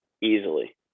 easily